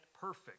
perfect